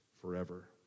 forever